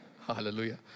hallelujah